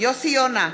יוסי יונה,